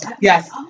Yes